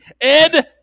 Ed